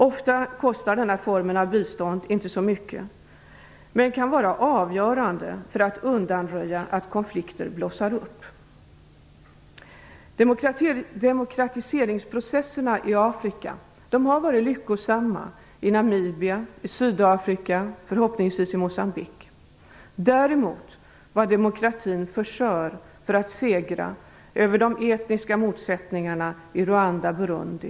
Ofta kostar denna form av bistånd inte så mycket, men den kan vara avgörande för att undanröja att konflikter blossar upp. Demokratiseringsprocesserna i Afrika har varit lyckosamma i t.ex. Namibia, Sydafrika och förhoppningsvis i Moçambique. Däremot var demokratin för skör för att segra över de etniska motsättningarna i Rwanda och Burundi.